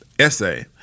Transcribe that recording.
essay